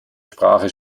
sprache